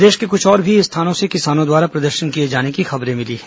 प्रदेश के और भी कुछ स्थानों से किसानों द्वारा प्रदर्शन किए जाने की खबरें मिली हैं